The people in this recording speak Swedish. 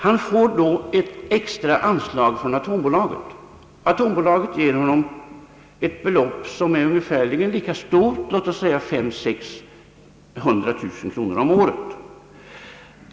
Han får då ett extra anslag från atombolaget med ett ungefär lika stort belopp — låt oss säga 500 000—600 0900 kronor om året.